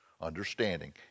Understanding